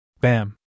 Bam